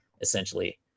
essentially